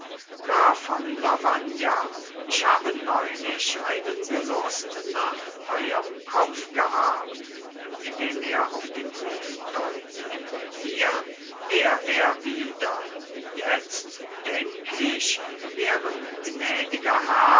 von lavagna ich habe neulich einen gelust nach euerm kopf gehabt indem er auf den brief deutet hier wär er wieder jetzt denk ich wären